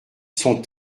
sont